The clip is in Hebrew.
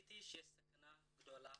צפיתי שיש סכנה גדולה